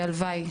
הלוואי.